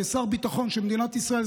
כשר הביטחון של מדינת ישראל,